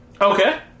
Okay